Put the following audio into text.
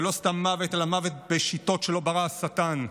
ולא סתם מוות, אלא מוות בשיטות שלא ברא השטן.